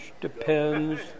depends